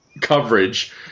coverage